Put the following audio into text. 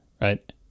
Right